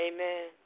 Amen